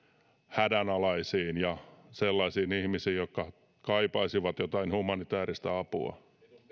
hädänalaisiin ja sellaisiin ihmisiin jotka kaipaisivat jotain humanitääristä apua